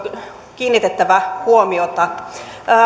kiinnitettävä huomiota